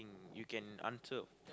you can answer